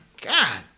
God